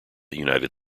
united